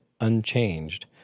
unchanged